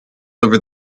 over